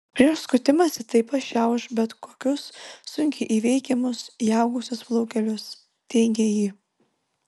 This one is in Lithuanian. prieš skutimąsi tai pašiauš bet kokius sunkiai įveikiamus įaugusius plaukelius teigė ji